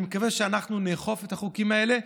אני מקווה שאנחנו נאכוף את החוקים האלה,